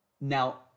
Now